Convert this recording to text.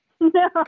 no